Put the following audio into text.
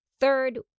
Third